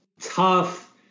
tough